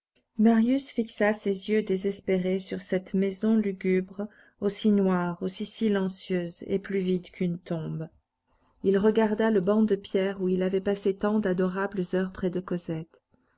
marius fixa ses yeux désespérés sur cette maison lugubre aussi noire aussi silencieuse et plus vide qu'une tombe il regarda le banc de pierre où il avait passé tant d'adorables heures près de cosette